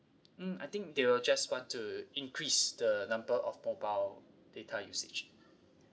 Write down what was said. mm I think they will just want to increase the number of mobile data usage